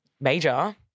major